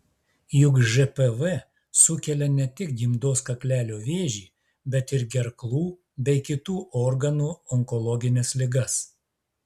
juk žpv sukelia ne tik gimdos kaklelio vėžį bet ir gerklų bei kitų organų onkologines ligas